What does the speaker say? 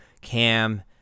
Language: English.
Cam